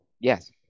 Yes